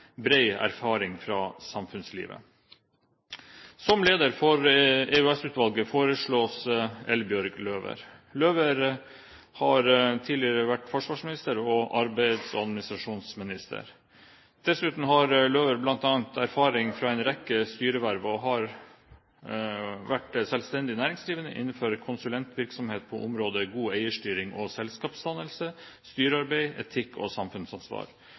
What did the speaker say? erfaring fra samfunnslivet. Som leder for EOS-utvalget foreslås Eldbjørg Løwer. Løwer har tidligere vært forsvarsminister og arbeids- og administrasjonsminister. Dessuten har Løwer bl.a. erfaring fra en rekke styreverv, og har vært selvstendig næringsdrivende innenfor konsulentvirksomhet på området god eierstyring og selskapsdannelse, styrearbeid, etikk og samfunnsansvar.